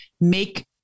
make